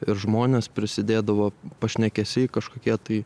ir žmonės prisidėdavo pašnekesiai kažkokie tai